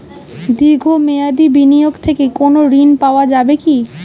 দীর্ঘ মেয়াদি বিনিয়োগ থেকে কোনো ঋন পাওয়া যাবে কী?